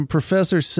Professor